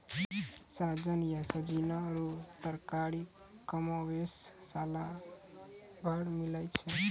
सहजन या सोजीना रो तरकारी कमोबेश सालो भर मिलै छै